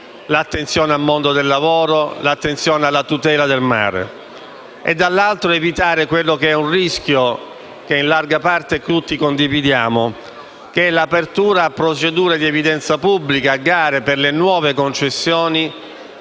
l'attenzione al mondo del lavoro e alla tutela del mare); dall'altro, evitino un rischio che in larga parte tutti condividiamo, ovvero che l'apertura a procedure di evidenza pubblica, a gare per le nuove concessioni,